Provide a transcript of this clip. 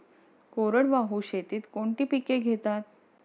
कोरडवाहू शेतीत कोणती पिके घेतात?